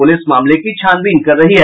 police मामले की छानबीन कर रही है